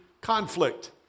conflict